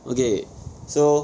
okay so